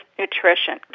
nutrition